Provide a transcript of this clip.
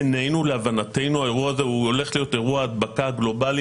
להבנתנו האירוע הזה הולך להיות אירוע ההדבקה הגלובלי